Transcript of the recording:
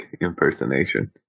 impersonation